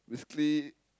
basically